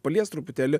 paliest truputėlį